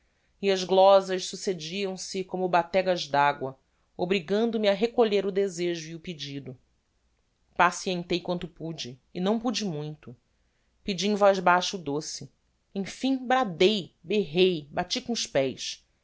e as glosas succediam-se como bategas d'agua obrigando me a recolher o desejo e o pedido pacientei quanto pude e não pude muito pedi em voz baixa o doce emfim bradei berrei bati com os pés